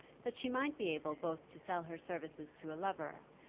that she might be able both to sell her services to a lover,